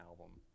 album